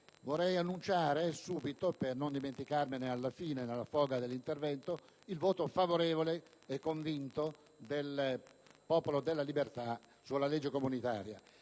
vorrei annunciare subito, per non dimenticarmene alla fine nella foga del mio intervento, il voto favorevole e convinto del Popolo della Libertà sulla legge comunitaria.